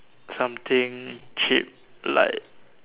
something cheap like